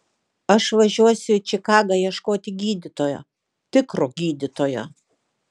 aš važiuosiu į čikagą ieškoti gydytojo tikro gydytojo